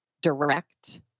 direct